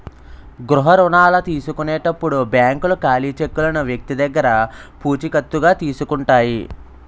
గృహ రుణాల తీసుకునేటప్పుడు బ్యాంకులు ఖాళీ చెక్కులను వ్యక్తి దగ్గర పూచికత్తుగా తీసుకుంటాయి